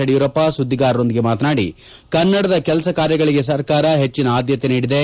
ಯಡಿಯೂರಪ್ಪ ಸುದ್ವಿಗಾರರೊಂದಿಗೆ ಮಾತನಾಡಿ ಕನ್ನಡದ ಕೆಲಸ ಕಾರ್ಯಗಳಿಗೆ ಸರ್ಕಾರ ಹೆಜ್ಜಿನ ಆದ್ಮತೆ ನೀಡಿದೆ